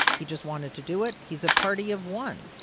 he just wanted to do it. he's a party of one.